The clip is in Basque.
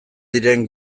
diren